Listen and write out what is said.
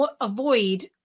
avoid